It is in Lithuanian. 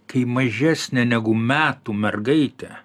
kai mažesnė negu metų mergaitė